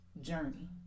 journey